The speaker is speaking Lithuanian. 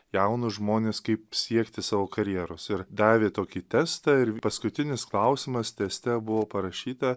jaunus žmones kaip siekti savo karjeros ir davė tokį testą ir paskutinis klausimas teste buvo parašyta